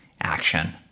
action